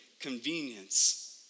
convenience